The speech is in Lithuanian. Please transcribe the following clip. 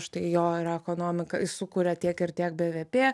štai jo ir ekonomika sukuria tiek ir tiek bvp